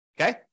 Okay